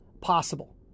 possible